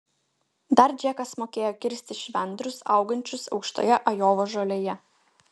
dar džekas mokėjo kirsti švendrus augančius aukštoje ajovos žolėje